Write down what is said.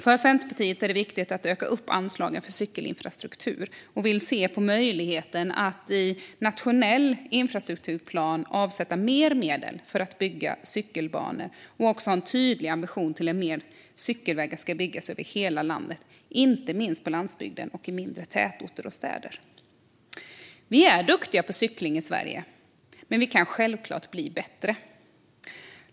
För Centerpartiet är det viktigt att öka anslagen för cykelinfrastruktur, och vi vill se på möjligheten att i nationell infrastrukturplan avsätta mer medel för att bygga cykelbanor och också ha en tydlig ambition när det gäller att mer cykelvägar ska byggas över hela landet, inte minst på landsbygden och i mindre tätorter och städer. Vi är duktiga på cykling i Sverige men kan självklart bli bättre.